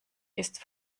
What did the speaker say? ist